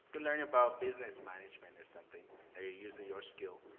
you learn about business management or something that you're using your skill.